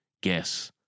guess